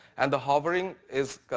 and the hovering is.